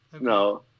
No